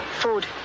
Food